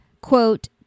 quote